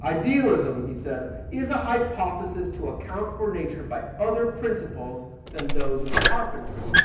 idealism he said is a hypothesis to account for nature by other principles than those of carpentry